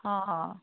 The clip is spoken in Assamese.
অঁ অঁ